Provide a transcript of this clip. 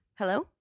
Hello